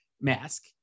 mask